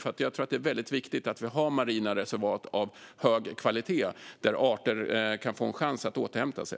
Jag tror nämligen att det är mycket viktigt att vi har marina reservat av hög kvalitet där arter kan få en chans att återhämta sig.